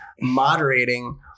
moderating